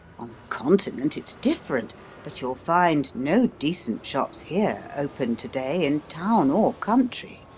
on the continent, it's different but you'll find no decent shops here open to-day in town or country.